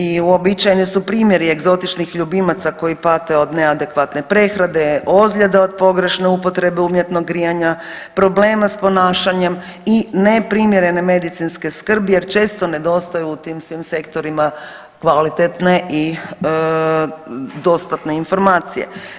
I uobičajeni su primjeri egzotičnih ljubimaca koji pate od neadekvatne prehrane, ozljede od pogrešne upotrebe umjetnog grijanja, problema s ponašanjem i neprimjerene medicinske skrbi jer često nedostaju u tim svim sektorima kvalitetne i dostatne informacije.